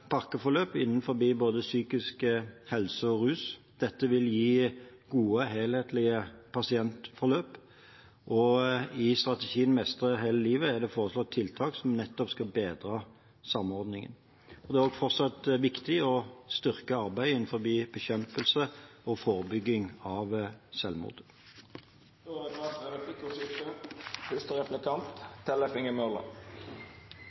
strategien «Mestre hele livet» er det foreslått tiltak som nettopp skal bedre samordningen. Det er fortsatt viktig også å styrke arbeidet med bekjempelse og forebygging av selvmord. Det vert replikkordskifte.